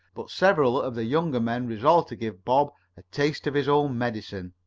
but several of the younger men resolved to give bob a taste of his own medicine.